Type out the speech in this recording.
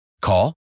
Call